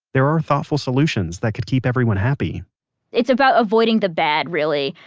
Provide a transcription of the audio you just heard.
there are thoughtful solutions that can keep everyone happy it's about avoiding the bad really.